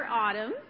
Autumn